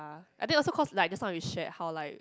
I think also cause like just now we shared like